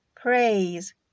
Praise